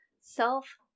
self